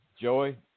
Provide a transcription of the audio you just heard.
Joey